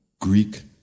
Greek